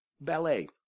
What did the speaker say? ballet